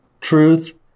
truth